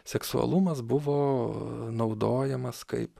seksualumas buvo naudojamas kaip